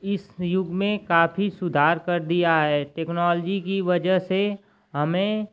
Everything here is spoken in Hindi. इस युग में सुधार कर दिया है टेक्नॉलजी की वजह से हमें